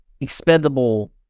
expendable